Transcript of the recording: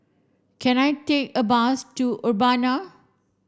can I take a bus to Urbana